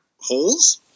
holes